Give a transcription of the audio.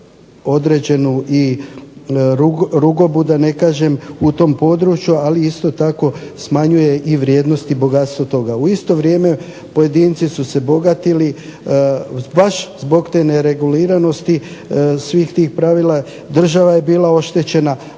U isto vrijeme pojedinci su se bogatili, baš zbog te nereguliranosti svih tih pravila, država je bila oštećena,